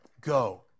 Go